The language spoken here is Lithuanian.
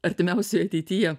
artimiausioj ateityje